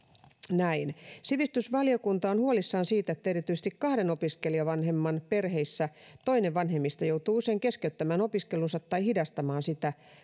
näin sivistysvaliokunta on huolissaan siitä että erityisesti kahden opiskelijavanhemman perheissä toinen vanhemmista joutuu usein keskeyttämään opiskelunsa tai hidastamaan